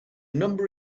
number